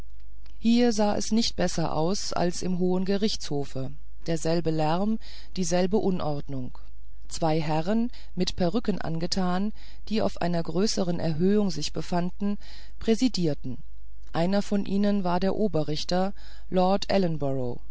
hier sah es nicht besser aus als im hohen gerichtshofe derselbe lärm dieselbe unordnung zwei herren mit perücken angetan die auf einer größeren erhöhung sich befanden präsidierten einer von ihnen war der oberrichter lord